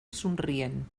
somrient